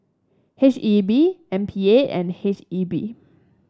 H E B M P A and H E B